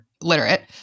literate